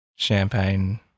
Champagne